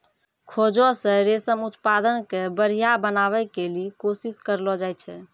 खोजो से रेशम उत्पादन के बढ़िया बनाबै के कोशिश करलो जाय छै